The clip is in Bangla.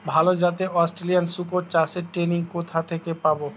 ভালো জাতে অস্ট্রেলিয়ান শুকর চাষের ট্রেনিং কোথা থেকে পাব?